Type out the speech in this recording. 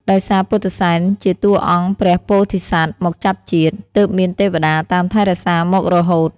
ដោយសារពុទ្ធិសែនជាតួអង្គព្រះពោធិសត្វមកចាប់ជាតិ ទើបមានទេវតាតាមថែរក្សាមករហូត។